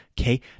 Okay